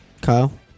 Kyle